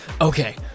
Okay